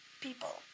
people